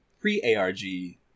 pre-ARG